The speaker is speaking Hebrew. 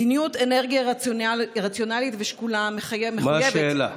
מדיניות אנרגיה רציונלית ושקולה מחייבת, מה השאלה?